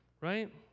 right